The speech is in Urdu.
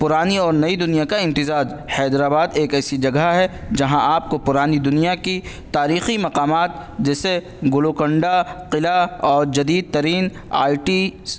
پرانی اور نئی دنیا کا امتزاج حیدرآباد ایک ایسی جگہ ہے جہاں آپ کو پرانی دنیا کی تاریخی مقامات جیسے گولکنڈہ قلعہ اور جدید ترین آئی ٹی